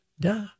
duh